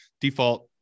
default